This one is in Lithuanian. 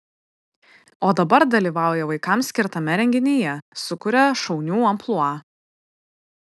o dabar dalyvauja vaikams skirtame renginyje sukuria šaunių amplua